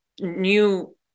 new